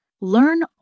Learn